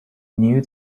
knew